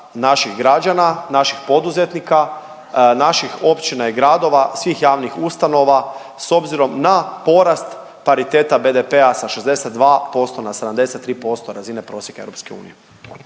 naših građana, naših poduzetnika, naših općina i gradova, svih javnih ustanova s obzirom na porast pariteta BDP-a sa 62% na 73% razine prosjeka EU?